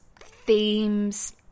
themes